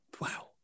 Wow